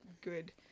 good